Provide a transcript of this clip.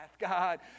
God